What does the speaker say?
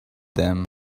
them